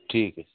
ठीक है